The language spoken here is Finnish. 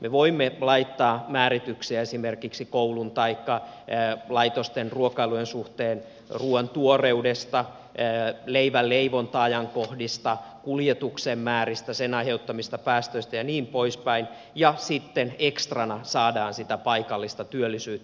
me voimme laittaa määrityksiä esimerkiksi koulujen taikka laitosten ruokailujen suhteen ruuan tuoreudesta leivän leivonta ajankohdista kuljetuksen määristä sen aiheuttamista päästöistä ja niin poispäin ja sitten ekstrana saadaan sitä paikallista työllisyyttä